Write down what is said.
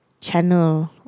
channel